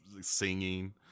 singing